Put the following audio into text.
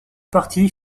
parties